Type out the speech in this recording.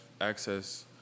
access